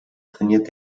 trainiert